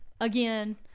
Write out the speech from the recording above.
again